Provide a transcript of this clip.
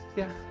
yeah,